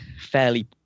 fairly